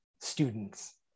students